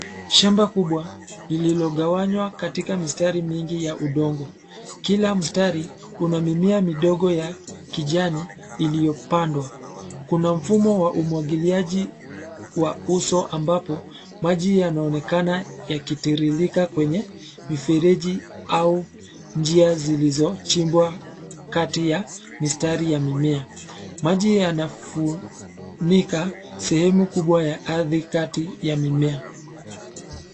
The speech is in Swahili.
Shamba kubwa lililogawanywa katika mistari mingi ya udongo. Kila mstari una mimea midogo ya kijani iliyopandwa. Kuna mfumo wa umwagiliaji wa uso ambapo maji yanaonekana yakitiririka kwenye mifereji au njia zilizochimbwa kati ya mistari ya mimea. Maji yanafunika sehemu kubwa ya ardhi kati ya mimea.